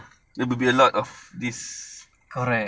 correct